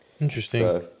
Interesting